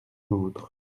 l’autre